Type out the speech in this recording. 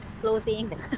clothing